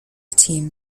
team